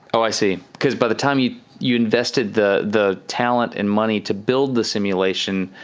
oh, i see. because by the time you you invested the the talent and money to build the simulation,